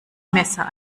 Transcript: messer